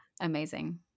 Amazing